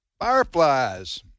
fireflies